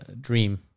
dream